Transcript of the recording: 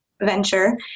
venture